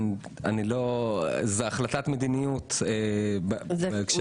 זו החלטת מדיניות בהקשר הזה.